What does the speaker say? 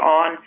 on